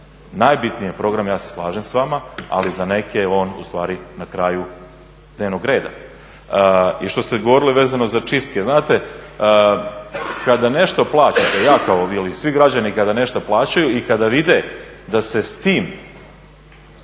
Najbitniji je program, ja se slažem s vama, ali za neke je on ustvari na kraju dnevnog reda. I što ste govorili vezano za čistke, znate kada nešto plaćate, ja … svi građani kada nešto plaćaju i kada vide da se s tim